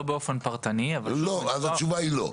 לא באופן פרטני, אבל --- אז התשובה היא לא.